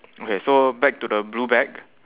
okay so back to the blue bag